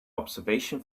observation